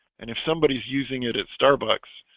and if somebody's using it at starbucks?